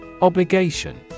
Obligation